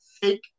fake